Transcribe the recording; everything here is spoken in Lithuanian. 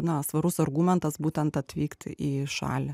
na svarus argumentas būtent atvykti į šalį